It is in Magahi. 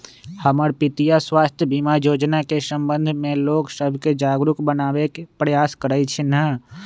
हमर पितीया स्वास्थ्य बीमा जोजना के संबंध में लोग सभके जागरूक बनाबे प्रयास करइ छिन्ह